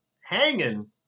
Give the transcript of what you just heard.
hanging